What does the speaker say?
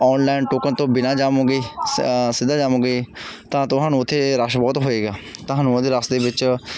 online token ਤੋਂ ਬਿਨਾਂ ਜਾਵੋਗੇ ਸ ਸਿੱਧਾ ਜਾਵੋਗੇ ਤਾਂ ਤੁਹਾਨੂੰ ਉੱਥੇ ਰਸ਼ ਬਹੁਤ ਹੋਏਗਾ ਤੁਹਾਨੂੰ ਉਹਦੇ ਰਸਤੇ ਵਿੱਚ